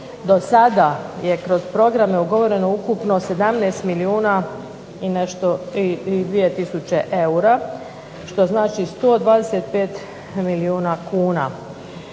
Do sada je kroz programe ugovoreno ukupno 17 milijuna i 2000 eura što znači 125 milijuna kuna.